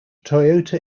toyota